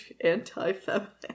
anti-feminist